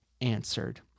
answered